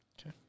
Okay